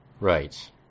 Right